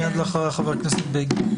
אחריה חבר הכנסת בגין.